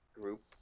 group